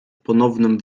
ponownym